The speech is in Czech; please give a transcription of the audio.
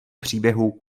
příběhu